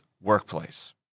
workplace